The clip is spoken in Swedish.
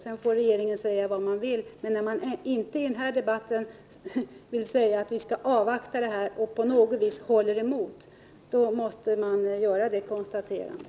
Sedan får regeringen säga vad den vill. När man inte i den här debatten vill säga att vi skall avvakta transplantationsutredningens förslag, och när man inte på något vis håller emot, måste jag göra det konstaterandet.